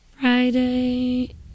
Friday